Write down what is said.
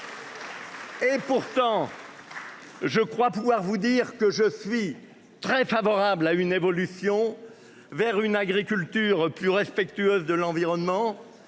Et pourtant. Je crois pouvoir vous dire que je suis très favorable à une évolution. Vers une agriculture plus respectueuse de l'environnement.